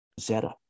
Zeta